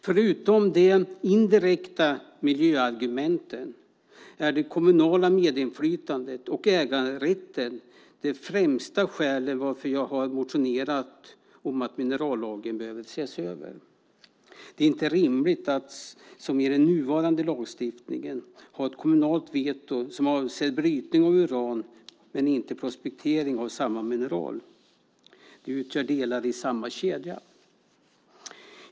Förutom de indirekta miljöargumenten är det kommunala medinflytandet och äganderätten de främsta skälen till att jag har motionerat om att minerallagen behöver ses över. Det är inte rimligt att, som i den nuvarande lagstiftningen, ha ett kommunalt veto som avser brytning av uran men inte prospektering av samma mineral. De utgör delar i samma kedja.